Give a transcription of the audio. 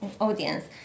Audience